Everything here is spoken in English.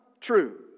true